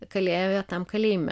kalėję tam kalėjime